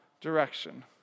direction